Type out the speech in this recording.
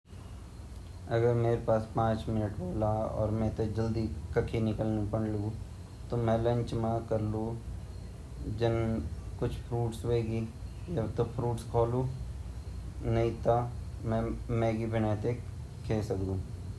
मि घर मा ची अर मेमा पाँच मिनट ची अर वेगा बाद मिन कखि जांड ची ता मी वे बगत यन कलू की अगर मेरा घर मा ब्रेड पड़िया छिन ता मै वे ब्राड़ते फ्राई करलु अर वेमा ज़रा सलाद कटीते अर ब्रेड स्लाइस बढते अपू ते खे ल्योलु क्युकी मेते यु भोत पसंद ची।